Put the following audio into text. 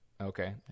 Okay